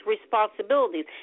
responsibilities